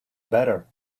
better